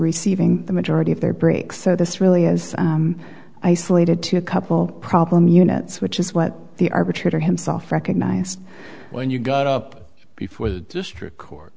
receiving the majority of their breaks so this really is isolated to a couple problem units which is what the arbitrator himself recognized when you got up before the district court